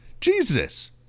Jesus